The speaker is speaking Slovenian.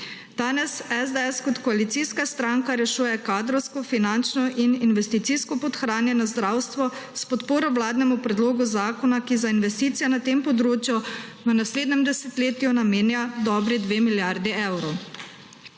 Danes SDS kot koalicijska stranka rešuje kadrovsko, finančno in investicijsko podhranjeno zdravstvo s podporo vladnemu predlogu zakona, ki za investicije na tem področju v naslednjem desetletju namenja dobri 2 milijardi evrov.